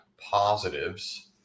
positives